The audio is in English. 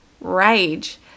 rage